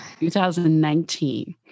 2019